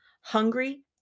Hungry